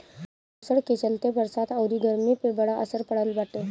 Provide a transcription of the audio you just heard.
प्रदुषण के चलते बरसात अउरी गरमी पे बड़ा असर पड़ल बाटे